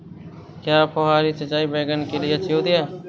क्या फुहारी सिंचाई बैगन के लिए अच्छी होती है?